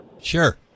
Sure